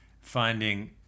finding